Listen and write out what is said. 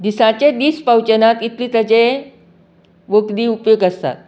दिसाचें दीस पावचेनात इतलें ताजे वखदी उपयेग आसात